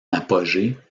apogée